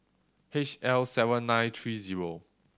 H L seven nine three zero